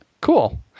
Cool